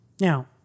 Now